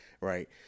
right